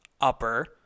upper